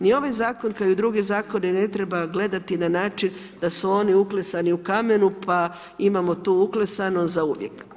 Ni ovaj zakon kao i druge zakone ne treba gledati na način da su oni uklesani u kamenu pa imamo tu uklesano zauvijek.